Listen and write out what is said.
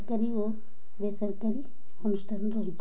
ସରକାରୀ ଓ ବେସରକାରୀ ଅନୁଷ୍ଠାନ ରହିଛି